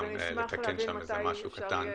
אני אשמח גם לתקן שם איזה משהו קטן.